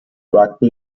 rugby